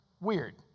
weird